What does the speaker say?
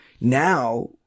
now